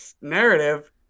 narrative